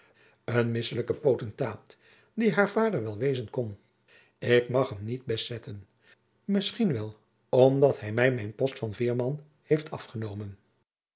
een misselijken pottentaôt die heur vaôder wel wezen kon ik mag hum niet best zetten misschien wel omdat hum mij mijn post van veerman het af'enomen